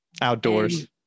Outdoors